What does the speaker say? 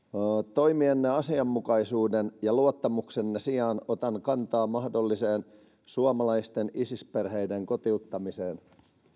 toimienne asianmukaisuuden ja luottamuksenne sijaan otan kantaa mahdolliseen suomalaisten isis perheiden kotiuttamiseen